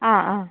ആ ആ